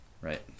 Right